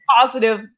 positive